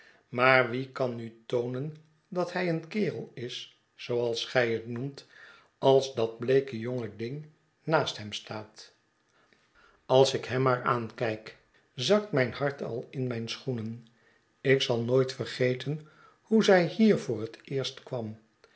maar wie kan nu toonen dat hij een kerel is zooals gij het noemt als dat bleeke jonge ding naast hem staat als ik hen maaraankijk zakt mijn hart al in mijn schoenen ik zal nooit vergeten hoe zij hier voor het eerst kwam